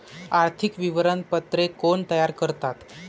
आर्थिक विवरणपत्रे कोण तयार करतात?